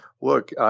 look